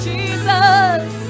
Jesus